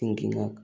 सिंगिंगाक